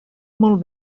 molt